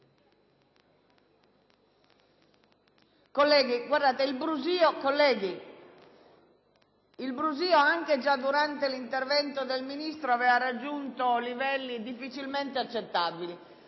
Colleghi, il brusìo, anche durante l'intervento del Ministro, aveva raggiunto livelli difficilmente accettabili.